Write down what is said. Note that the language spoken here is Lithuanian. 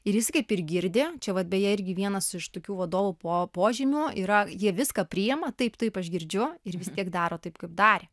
ir jis kaip ir girdi čia pat beje irgi vienas iš tokių vadovų po požymių yra jie viską priima taip taip aš girdžiu ir vis tiek daro taip kaip darė